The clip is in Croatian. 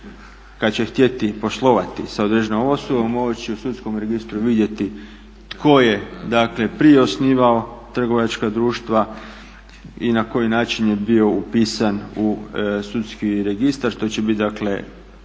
kad će htjeti poslovati sa određenom osobom moći u sudskom registru vidjeti tko je dakle prije osnivao trgovačka društva i na koji način je bio upisan u sudski registar što će biti dakle